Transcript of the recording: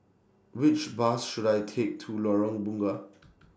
Which Bus should I Take to Lorong Bunga